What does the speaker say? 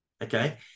Okay